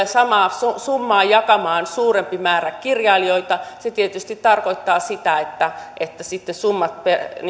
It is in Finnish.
samaa summaa tulee jakamaan suurempi määrä kirjailijoita se tietysti tarkoittaa sitä että että sitten summat